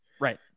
right